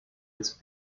its